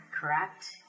correct